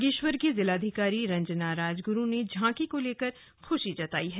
बागेश्वर की जिलाधिकारी रंजना राजगुरू ने झांकी को लेकर खुशी जताई है